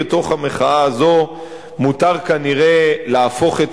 בתוך המחאה הזו מותר כנראה להפוך את